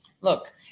Look